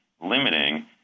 limiting